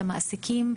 למעסיקים,